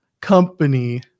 company